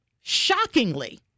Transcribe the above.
shockingly